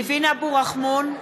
טלב אבו עראר, בעד ניבין אבו רחמון,